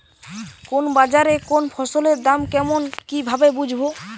কোন বাজারে কোন ফসলের দাম কেমন কি ভাবে বুঝব?